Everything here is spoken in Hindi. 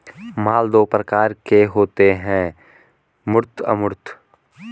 माल दो प्रकार के होते है मूर्त अमूर्त